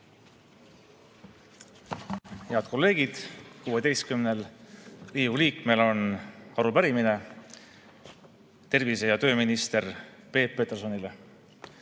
Head kolleegid! 16-l Riigikogu liikmel on arupärimine tervise- ja tööminister Peep Petersonile.